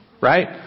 right